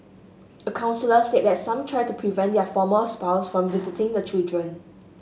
a counsellor said some try to prevent their former spouse from visiting the children